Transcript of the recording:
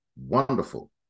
Wonderful